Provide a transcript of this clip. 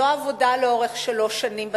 לא עבודה לאורך שלוש שנים בתיכון,